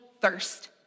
thirst